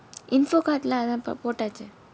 information card லாம் போட்டாச்சு:laam pottaachu